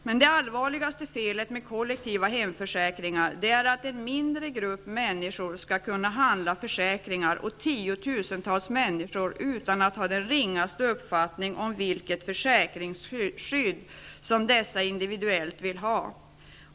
Men det allvarligaste felet med kollektiva hemförsäkringar är att en mindre grupp människor skall kunna handla försäkringar åt tiotusentals människor utan att ha den ringaste uppfattning om vilket försäkringsskydd som dessa individuellt vill ha.